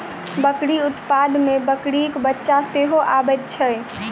बकरी उत्पाद मे बकरीक बच्चा सेहो अबैत छै